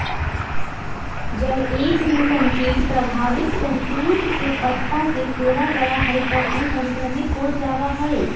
जब एक रेशमकीट प्रभावित शहतूत के पत्ता के सेवन करा हई त ऊ संक्रमित हो जा हई